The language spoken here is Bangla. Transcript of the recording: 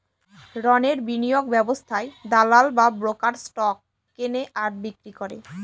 রণের বিনিয়োগ ব্যবস্থায় দালাল বা ব্রোকার স্টক কেনে আর বিক্রি করে